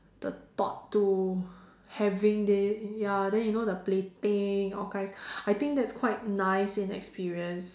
the thought to having this ya then you know the plating all kinds I think that's quite nice in experience